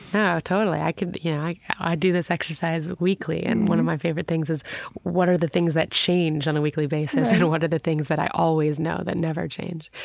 no totally. i could you know, i i do this exercise weekly, and one of my favorite things is what are the things that change on a weekly basis and what are the things that i always know that never change?